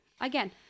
again